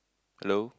hello